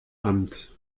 amt